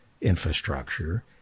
infrastructure